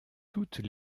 toutes